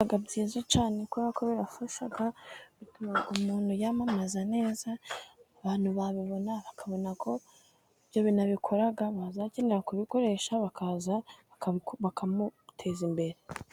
Avuga byiza cyane kubera ko birafasha bituma umuntu yamamaza neza, abantu babibona bakabona ko ibyo bintu abikora bazakenera kubikoresha bakaza bakamuteza imbere.